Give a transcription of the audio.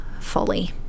fully